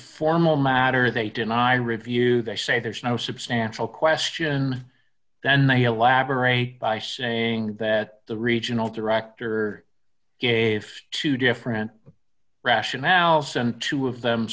formal matter they deny review they say there is no substantial question then they elaborate by saying that the regional director gave two different rationales and two of them